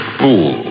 fool